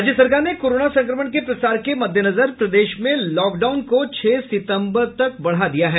राज्य सरकार ने कोरोना संक्रमण के प्रसार के मद्देनजर प्रदेश में लॉकडाउन को छह सितम्बर तक बढ़ा दिया है